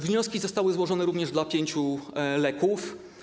Wnioski zostały złożone również dla pięciu leków.